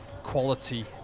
quality